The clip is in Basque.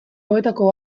hauetako